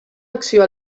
acció